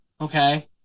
Okay